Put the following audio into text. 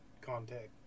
contact